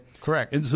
Correct